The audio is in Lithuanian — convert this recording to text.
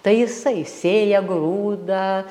tai jisai sėja grūdą